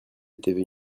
étaient